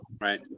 Right